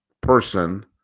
person